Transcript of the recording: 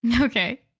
Okay